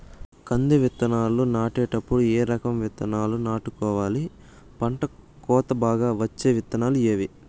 కంది విత్తనాలు నాటేటప్పుడు ఏ రకం విత్తనాలు నాటుకోవాలి, పంట కోత బాగా వచ్చే విత్తనాలు ఏవీ?